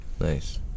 nice